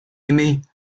aimée